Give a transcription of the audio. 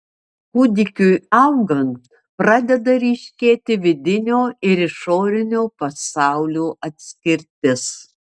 kūdikiui augant pradeda ryškėti vidinio ir išorinio pasaulio atskirtis